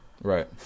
Right